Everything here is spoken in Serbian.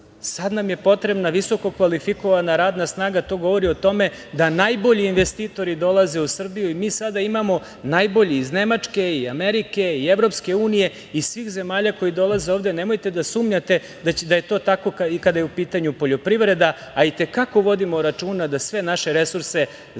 Sada nam je potrebna visoko kvalifikovana radna snaga. To govori o tome da najbolji investitori dolaze u Srbiju i mi sada imamo najbolje iz Nemačke, Amerike, iz EU, iz svih zemalja koje dolaze ovde. Nemojte da sumnjate da je to tako i kada je u pitanju poljoprivreda, a i te kako vodimo računa da sve naše resurse zaštitimo.